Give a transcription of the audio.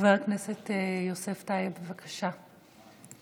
חבר הכנסת יוסף טייב, בבקשה,